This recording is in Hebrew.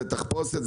זו תחפושת,